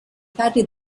padri